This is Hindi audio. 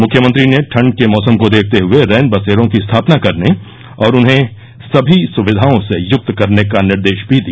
मुख्यमंत्री ने ठंड के मौसम को देखते हये रैन बसेरों की स्थापना करने और उन्हें सभी सुविधाओं से युक्त करने का निर्देश भी दिया